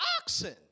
oxen